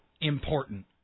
important